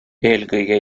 eelkõige